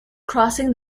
crossing